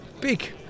big